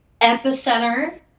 epicenter